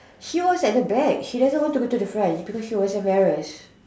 she was at the back she didn't want to be at the front because she was embarrassed